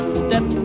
step